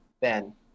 Ben